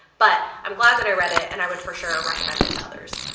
but i'm glad that i read it and i would for sure recommend it to others.